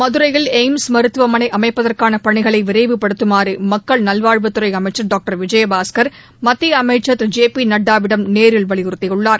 மதுரையில் எய்ம்ஸ் மருத்துவமனை அமைப்பதற்கான பணிகளை விரைவுபடுத்தமாறு மக்கள் நல்வாழ்வுத் துறை அமைச்சர் டாக்டர் விஜயபாஸ்கள் மத்திய அமைச்சள் திரு ஜெ பி நட்டாவிடம் நேரில் வலியுறுத்தியுள்ளார்